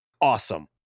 Awesome